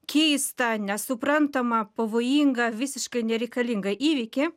keistą nesuprantamą pavojingą visiškai nereikalingą įvykį